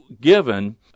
given